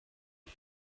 mae